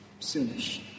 soonish